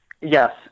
Yes